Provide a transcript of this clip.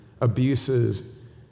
abuses